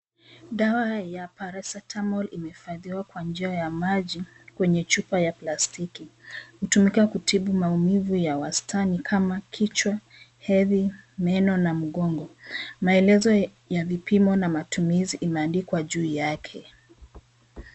Dawa ya paracetamol imehifadhiwa kwa njia ya maji kwenye chupa ya plastiki. Hutumika kutibu maumivu ya wastani kama, kichwa, hedhi, meno, na mgongo. Maelezo ya vipimo na matumizi imeandikwa juu yake.